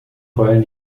heulen